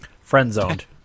Friend-zoned